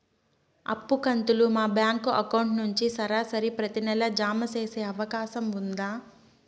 అప్పు కంతులు మా బ్యాంకు అకౌంట్ నుంచి సరాసరి ప్రతి నెల జామ సేసే అవకాశం ఉందా?